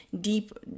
deep